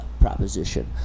proposition